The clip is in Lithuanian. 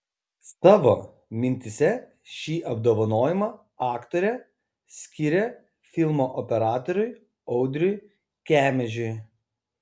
savo mintyse šį apdovanojimą aktorė skiria filmo operatoriui audriui kemežiui